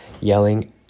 yelling